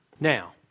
Now